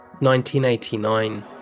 1989